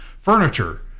furniture